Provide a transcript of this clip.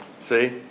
See